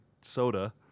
soda